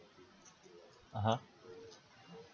(uh huh)